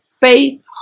faith